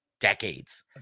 Decades